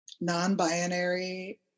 non-binary